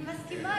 אני מסכימה